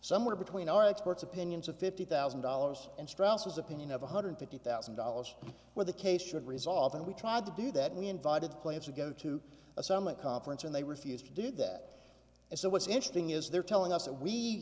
somewhere between our exports opinions of fifty thousand dollars and strauss his opinion of one hundred fifty thousand dollars where the case should resolve and we tried to do that we invited claims to go to a summit conference and they refused to do that and so what's interesting is they're telling us that we